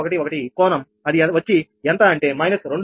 011 కోణం అది వచ్చి ఎంత అంటే మైనస్ 2